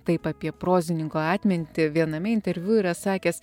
taip apie prozininko atmintį viename interviu yra sakęs